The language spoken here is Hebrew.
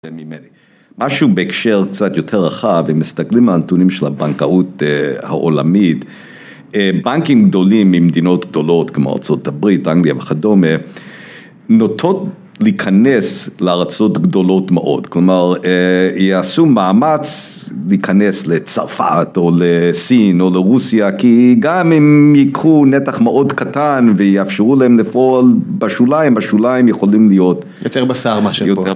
משהו בהקשר קצת יותר רחב, אם מסתכלים על הנתונים של הבנקאות העולמית, בנקים גדולים ממדינות גדולות כמו ארצות הברית, אנגליה וכדומה, נוטות להיכנס לארצות גדולות מאוד. כלומר, יעשו מאמץ להיכנס לצרפת או לסין או לרוסיה, כי גם אם ייקחו נתח מאוד קטן ויאפשרו להם לפעול בשוליים, בשוליים יכולים להיות... - יותר בשר מה ש